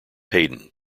hayden